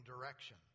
direction